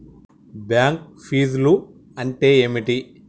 Bank ఫీజ్లు అంటే ఏమిటి?